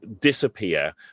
disappear